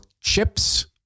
chips